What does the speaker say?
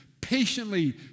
patiently